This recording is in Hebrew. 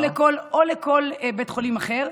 או לכל בית חולים אחר,